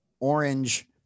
orange